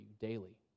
daily